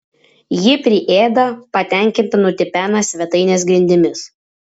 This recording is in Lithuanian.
ji priėda patenkinta nutipena svetainės grindimis